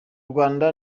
rwanda